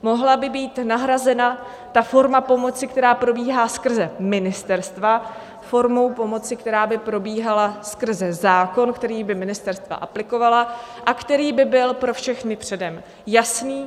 Mohla by být nahrazena ta forma pomoci, která probíhá skrze ministerstva, formou pomoci, která by probíhala skrze zákon, který by ministerstva aplikovala a který by byl pro všechny předem jasný.